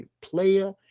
player